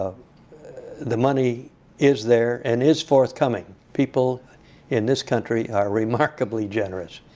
the money is there, and is forthcoming. people in this country are remarkably generous.